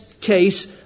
case